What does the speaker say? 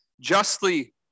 justly